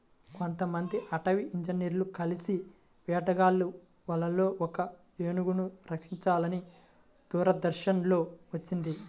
కొంతమంది అటవీ ఇంజినీర్లు కలిసి వేటగాళ్ళ వలలో ఒక ఏనుగును రక్షించారని దూరదర్శన్ లో వచ్చింది